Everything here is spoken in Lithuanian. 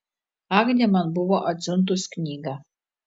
agnė man buvo atsiuntus knygą